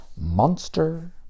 Monster